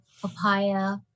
papaya